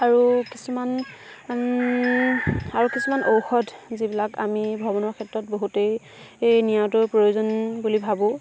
আৰু কিছুমান আৰু কিছুমান ঔষধ যিবিলাক আমি ভ্ৰমণৰ ক্ষেত্ৰত বহুতেই এই নিয়াতো প্ৰয়োজন বুলি ভাবোঁ